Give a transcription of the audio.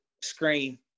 screen